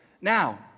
Now